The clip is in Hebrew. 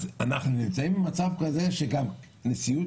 האם אנחנו נמצאים במצב שבו גם נשיאות